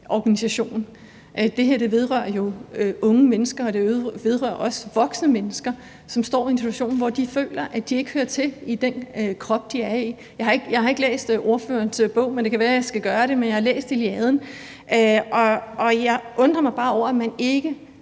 organisation. Det her vedrører jo unge mennesker, og det vedrører også voksne mennesker, som står i en situation, hvor de føler, at de ikke hører til i den krop, de er i. Jeg har ikke læst ordførerens bog, men det kan være, jeg skal gøre det, men jeg har læst Iliaden, og jeg undrer mig bare over, at man ikke